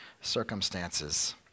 circumstances